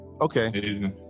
okay